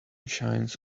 shines